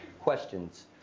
questions